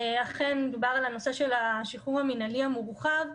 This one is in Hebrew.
אכן מדובר על הנושא של השחרור המינהלי המורחב.